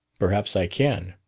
perhaps i can.